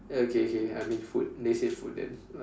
ya okay okay I mean food they say food then